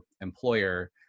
employer